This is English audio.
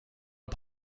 are